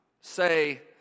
Say